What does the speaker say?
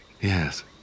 yes